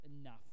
enough